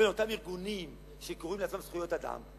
באותם ארגונים שקוראים לעצמם זכויות האדם,